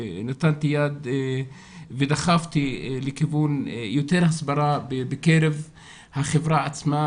נתתי יד ודחפתי לכיוון יותר הסברה בקרב החברה עצמה,